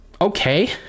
okay